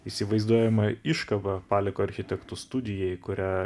įsivaizduojamą iškaba paleko architektų studijai kurią